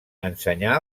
ensenyar